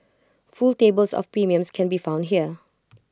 full tables of premiums can be found here